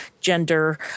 gender